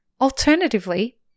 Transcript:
Alternatively